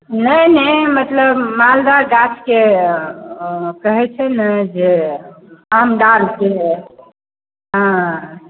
नहि नहि मतलब मालदह गाछके कहै छै ने जे आमदार छै हँ